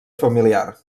familiar